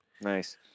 Nice